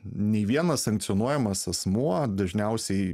nei vienas sankcionuojamas asmuo dažniausiai